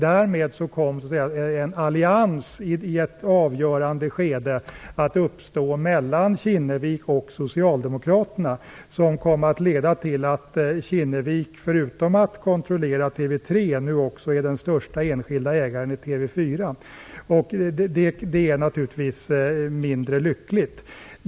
Därmed kom en allians att i ett avgörande skede uppstå mellan Kinnevik och Socialdemokraterna som kom att leda till Kinnevik förutom att kontrollera TV 3 nu också är den största enskilda ägaren till TV 4. Det är naturligtvis mindre lyckat.